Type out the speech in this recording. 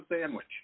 sandwich